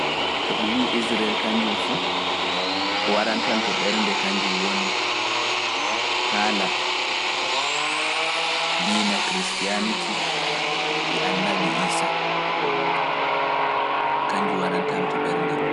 To ɗum wi’ Israa’iila kañjum fu, ko warantanto ɓernde kañjum woni haala diina kristiyaaniti e annabi Iisaa.